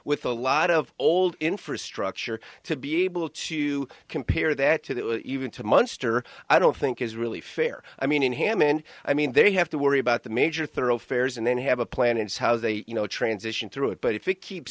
with a lot of old infrastructure to be able to compare that to even to munster i don't think is really fair i mean in hamin i mean they have to worry about the major thoroughfares and then have a plan and see how they you know transition through it but if we keep